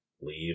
leave